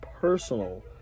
personal